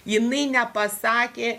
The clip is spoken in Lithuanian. jinai nepasakė